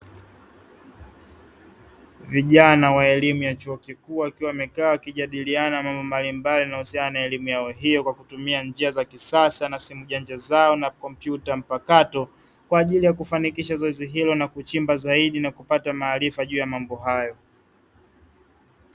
Vijana wa elimu ya chuo kikuu wakiwa wamekaa wakijadiliana mambo mbalimbali yanayohusiana na elimu yao hiyo, kwa kutumia njia za kisasa na simu janja zao na kompyuta mpakato, kwaajili ya kufanikisha zoezi hilo na kuchimba zaidia na kupata maarifa juu ya mambo hayo.